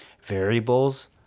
variables